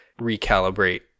recalibrate